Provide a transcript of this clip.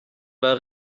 war